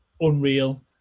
unreal